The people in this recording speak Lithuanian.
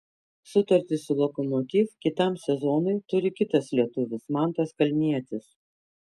sutartį su lokomotiv kitam sezonui turi kitas lietuvis mantas kalnietis